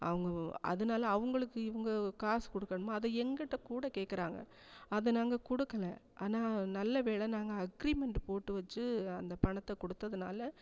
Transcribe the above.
அவங்க அதனால அவங்களுக்கு இவங்க காசு கொடுக்கணுமா அதை என்கிட்டேக்கூட கேட்கறாங்க அதை நாங்கள் கொடுக்கல ஆனால் நல்ல வேளை நாங்கள் அக்ரிமண்ட்டு போட்டு வச்சு அந்த பணத்தை கொடுத்ததுனால